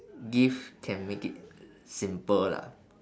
gift can make it simple lah